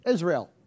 Israel